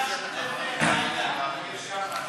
ההצעה להעביר את הנושא לוועדה לקידום מעמד האישה ולשוויון מגדרי נתקבלה.